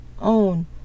own